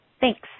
Thanks